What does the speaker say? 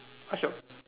ask your